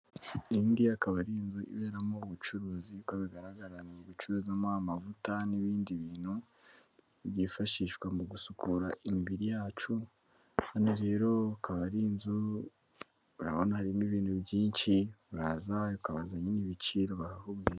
Iyi ngiyi akaba ari inzu iberamo ubucuruzi uko bigaragara mu gucuruza mo amavuta n'ibindi bintu byifashishwa mu gusukura imibiri yacu, hano rero akaba ari inzu urabona harimo ibintu byinshi uraraza ukabaza ibiciro bakakubwira.